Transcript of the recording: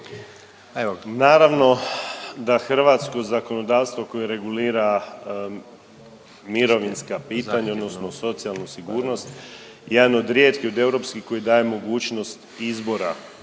naravno da hrvatsko zakonodavstvo koje regulira mirovinska pitanja odnosno socijalnu sigurnost jedan od rijetkih od europskih koji daje mogućnost izbora,